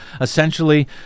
essentially